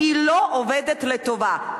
היא לא עובדת לטובה.